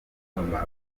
guverinoma